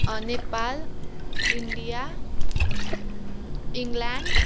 Nepal India England